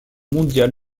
mondial